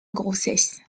grossesse